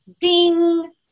ding